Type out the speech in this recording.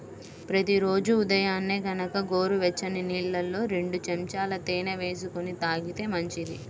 ప్రతి రోజూ ఉదయాన్నే గనక గోరువెచ్చని నీళ్ళల్లో రెండు చెంచాల తేనె వేసుకొని తాగితే మంచిది